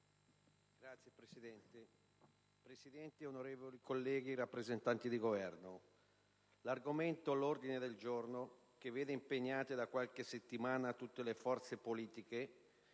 *(LNP)*. Signora Presidente, onorevoli colleghi, rappresentanti del Governo, l'argomento all'ordine del giorno, che vede impegnate da qualche settimana tutte le forze politiche,